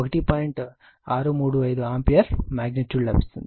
635 ampere magnitude లభిస్తుంది